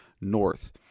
north